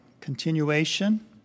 continuation